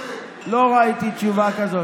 לא ראיתי תשובה כזאת.